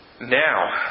Now